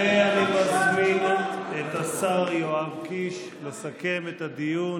ואני מזמין את השר יואב קיש לסכם את הדיון.